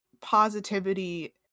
positivity